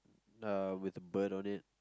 uh with a bird on it